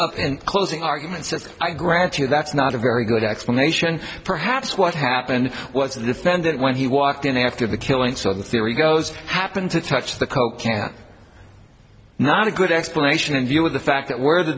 in closing arguments as i grant you that's not a very good explanation perhaps what happened was the defendant when he walked in after the killing so the theory goes happened to touch the coke can not a good explanation in view of the fact that where the